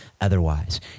otherwise